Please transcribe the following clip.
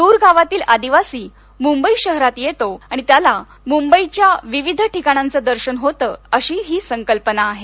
दूर गावातील आदिवासी मुंबई शहरात येतो आणि त्याला मुंबईचे विविध ठिकाणांचे दर्शन होते अशी ही संकल्पना आहे